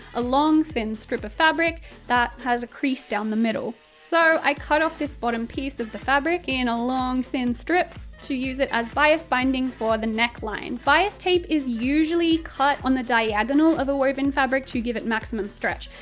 a long thin strip of fabric that has a crease down the middle. so i cut off this bottom piece of the fabric in a long thin strip to use as bias binding for the neckline! bias tape is usually cut on the diagonal of a woven fabric to give it maximum stretch,